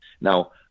Now